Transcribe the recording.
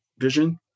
vision